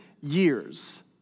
years